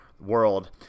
World